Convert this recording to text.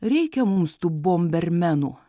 reikia mums tų bombermenų